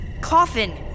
Coffin